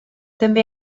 també